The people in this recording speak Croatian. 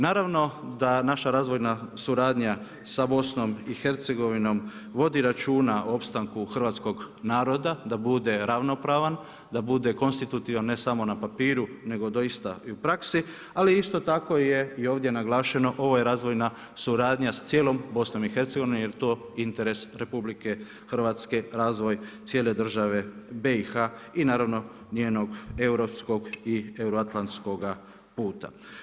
Naravno, da naša razvojna suradnja sa BIH vodi računa o opstanku Hrvatskog naroda, da bude ravnopravan, da bude konstitutivan, ne samo na papiru, nego doista i u praksi, ali isto tako je i ovdje naglašeno, ovo je razvojna suradnja sa cijelom BIH, jer je to interes RH, razvoj cijele države BIH i naravno njenog europskog i euroatlantskoga puta.